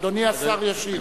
אדוני השר ישיב.